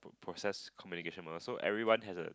process communication model so everyone has a